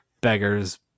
beggars